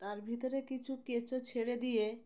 তার ভিতরে কিছু কেঁচো ছেড়ে দিয়ে